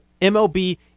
MLB